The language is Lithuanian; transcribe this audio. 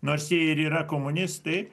nors jie ir yra komunistai